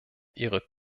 ihre